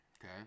okay